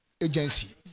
agency